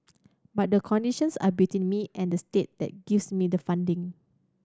but the conditions are between me and the state that gives me the funding